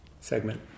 segment